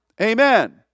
Amen